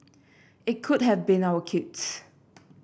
it could have been our kids